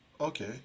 Okay